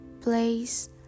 place